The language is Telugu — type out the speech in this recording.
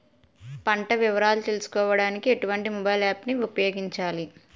పంట వివరాలు తెలుసుకోడానికి ఎటువంటి మొబైల్ యాప్ ను ఉపయోగించాలి?